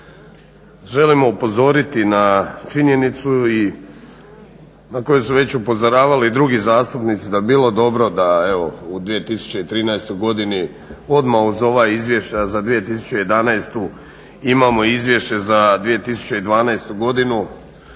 želimo upozoriti na činjenicu i na koju su već upozoravali i drugi zastupnici da bi bilo dobro da evo u 2013. godini odmah uz ova izvješća za 2011. imamo izvješće za 2012. godinu